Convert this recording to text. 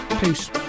Peace